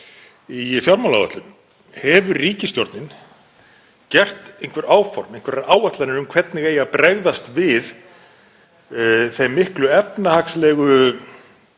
í fjármálaáætlun: Hefur ríkisstjórnin gert einhver áform, einhverjar áætlanir um hvernig eigi að bregðast við þeim miklu efnahagslegu